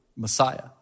Messiah